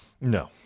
No